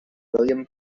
william